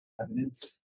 evidence